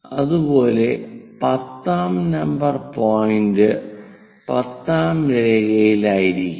അതുപോലെ 10 ാം number point 10 ാം രേഖയിലായിരിക്കും